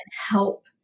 help